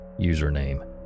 username